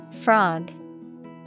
Frog